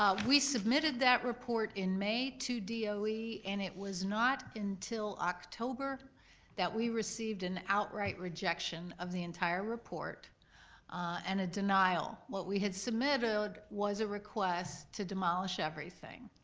ah we submitted that report in may to doe, and it was not until october that we received an outright rejection of the entire report and a denial. what we had submitted was a request to demolish everything.